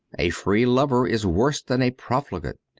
a free lover is worse than a profligate.